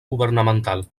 governamental